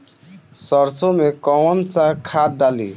सरसो में कवन सा खाद डाली?